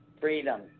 Freedom